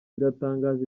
biratangaje